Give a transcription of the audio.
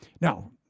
Now